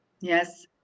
Yes